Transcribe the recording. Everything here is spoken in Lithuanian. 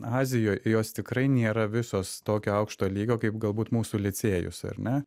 azijoj jos tikrai nėra visos tokio aukšto lygio kaip galbūt mūsų licėjus ar ne